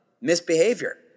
misbehavior